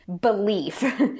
belief